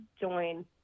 join